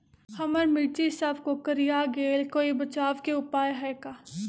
हमर मिर्ची सब कोकररिया गेल कोई बचाव के उपाय है का?